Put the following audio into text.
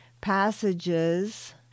passages